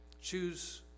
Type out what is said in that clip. Choose